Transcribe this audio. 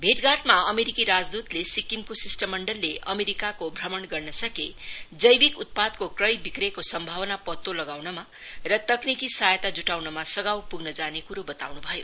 भेटघाटमा अमेरिकी राजदूतले सिक्किमको शिष्टमण्डलले अमेरिकाको भ्रमण गर्न सके जैविक उतपादको क्रयविक्रयको सम्भावना पत्तो लगाउनमा र तकनिकी सहायता जुटाउनमा सधाव पुग्न जाने कुरो वताउनु भयो